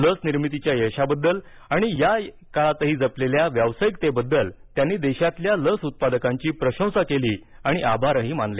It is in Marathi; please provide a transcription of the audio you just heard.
लस निर्मितीच्या यशाबद्दल आणि या काळातही जपलेल्या व्यावसायीकतेबद्दल त्यांनी देशातील लस उत्पादकांची प्रशंसा केली आणि आभारही मानले